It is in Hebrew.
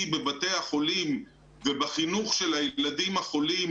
בבתי החולים ובחינוך של הילדים החולים,